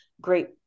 great